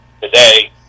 today